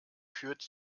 führt